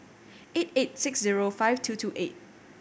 eight eight six zero five two two eight